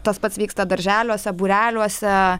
tas pats vyksta darželiuose būreliuose